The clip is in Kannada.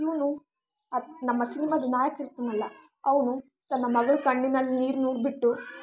ಇವನು ನಮ್ಮ ಸಿನಿಮಾದ ನಾಯಕ ಇರ್ತಾನಲ್ಲ ಅವನು ತನ್ನ ಮಗಳ ಕಣ್ಣಿನಲ್ಲಿ ನೀರು ನೋಡ್ಬಿಟ್ಟು